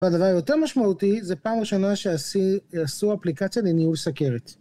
אבל הדבר היותר משמעותי זה פעם ראשונה שיעשו אפליקציה לניהול סכרת